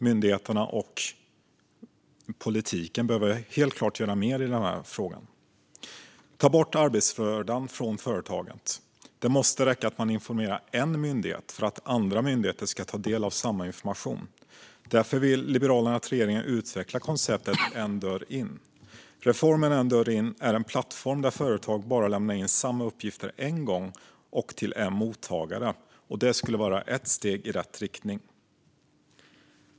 Myndigheterna och politiken behöver helt klart göra mer i den här frågan. Ta bort arbetsbördan från företaget! Det måste räcka att man informerar en myndighet för att andra myndigheter ska ta del av samma information. Därför vill Liberalerna att regeringen utvecklar konceptet "En dörr in". Reformen "En dörr in", en plattform där företagare bara lämnar in samma uppgifter en gång och till en mottagare, menar vi är ett steg i rätt riktning.